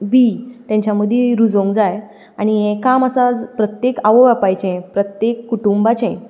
बीं तेंच्या मदीं रुजोवूंक जाय आनी हें काम आसा प्रत्येक आवय बापायचें प्रत्येक कुटुंबाचें